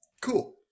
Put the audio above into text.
cool